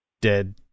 dead